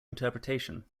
interpretation